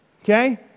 Okay